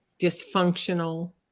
dysfunctional